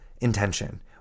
intention